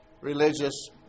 religious